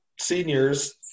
seniors